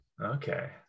Okay